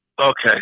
Okay